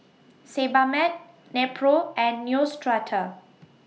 Sebamed Nepro and Neostrata